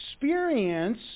experience